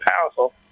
powerful